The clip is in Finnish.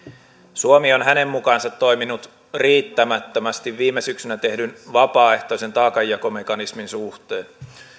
suomi on hänen mukaansa toiminut riittämättömästi viime syksynä tehdyn vapaaehtoisen taakanjakomekanismin suhteen